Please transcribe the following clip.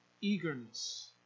eagerness